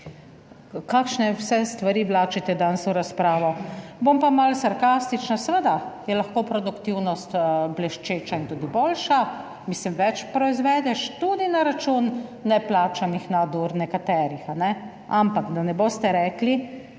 kakšne vse stvari vlačite danes v razpravo. Bom pa malo sarkastična. Seveda, je lahko produktivnost bleščeča in tudi boljša, mislim, več proizvedeš tudi na račun neplačanih nadur, nekaterih, kajne? Ampak, da ne boste rekli,